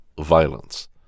violence